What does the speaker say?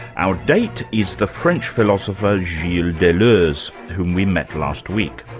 our date is the french philosopher gilles deleuze, whom we met last week.